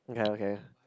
okay okay